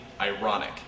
ironic